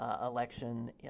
election